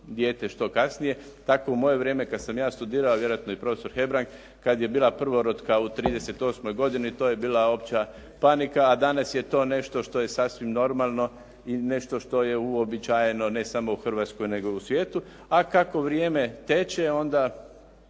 dijete što kasnije. Tako u moje vrijeme kada sam ja studirao, vjerojatno i profesor Hebrang, kada je bila prvorotka u 38 godini, to je bila opća panika, a danas je to nešto što je sasvim normalno i nešto što je sasvim uobičajeno, ne samo u Hrvatskoj, nego i u svijetu. A kako vrijeme teče, onda